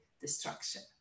destruction